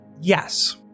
Yes